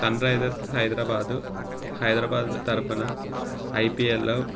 Sunrisers Hyderabad Hyderabad తరపున ఐపీఎల్లో